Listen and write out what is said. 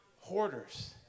hoarders